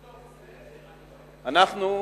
אנחנו,